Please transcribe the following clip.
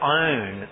own